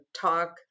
talk